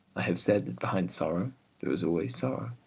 i have said that behind sorrow there is always sorrow.